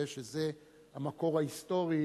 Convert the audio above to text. וכנראה זה המקור ההיסטורי,